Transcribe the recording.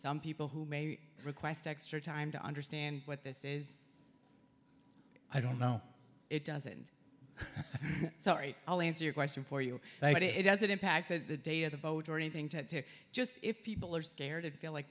some people who may request extra time to understand what this is i don't know it doesn't sorry i'll answer your question for you but it doesn't impact the day of the vote or anything to just if people are scared and feel like